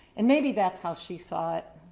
and maybe that's how she saw it.